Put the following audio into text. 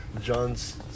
John's